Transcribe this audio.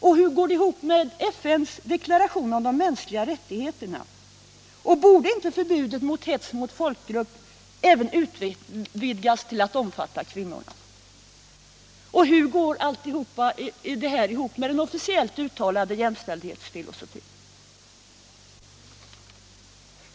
Hur går detta ihop med FN:s deklaration om de mänskliga rättigheterna? Borde inte grundlagens förbud mot hets mot folkgrupp utvidgas till att omfatta även kvinnorna? Och hur går allt detta ihop med den officiellt uttalade jämställdhetsfilosofin?